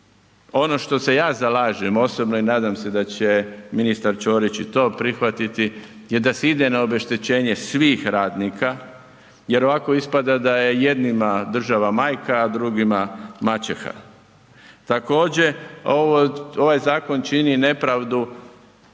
ono što se ja zalažem osobno i nadam se da će ministar Ćorić i to prihvatiti je da se ide na obeštećenje svih radnika jer ovako ispada da je jednima država majka, a drugima maćeha. Također ovaj zakon čini nepravdu